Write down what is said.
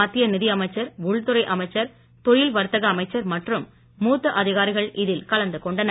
மத்திய நிதி அமைச்சர் உள்துறை அமைச்சர் தொழில் வர்த்தக அமைச்சர் மற்றும் மூத்த அதிகாரிகள் இதில் கலந்து கொண்டனர்